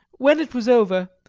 when it was over,